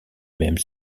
même